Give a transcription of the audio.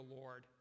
Lord